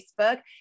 Facebook